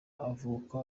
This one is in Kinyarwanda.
avuka